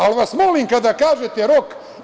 Zato vas molim da kažete rok.